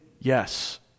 yes